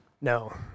no